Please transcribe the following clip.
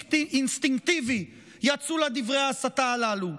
אינסטינקטיבי יצאו לה דברי ההסתה הללו.